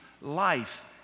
life